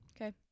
Okay